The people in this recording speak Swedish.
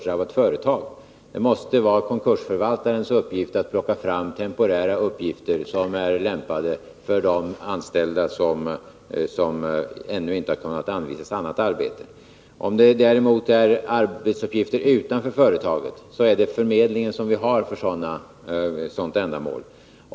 Det måste vara konkursförvaltarens sak att ta fram temporära uppgifter inom företaget, som är lämpade för de anställda som ännu inte har kunnat anvisas annat arbete. Om det däremot gäller arbetsuppgifter utanför företaget, är det förmedlingen som skall anlitas för sådana ändamål.